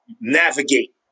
navigate